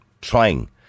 trying